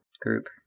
group